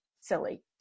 silly